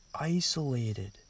isolated